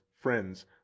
friends